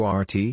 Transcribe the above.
Qrt